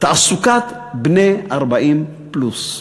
תעסוקת בני 40 פלוס.